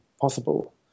possible